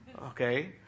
okay